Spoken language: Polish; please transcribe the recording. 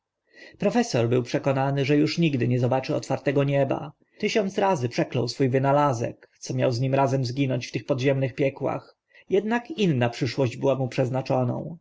profesor był przekonany że uż nigdy nie zobaczy otwartego nieba tysiąc razy przeklął swó wynalazek co miał z nim razem zginąć w tych podziemnych piekłach jednak inna przyszłość była mu przeznaczoną